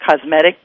cosmetic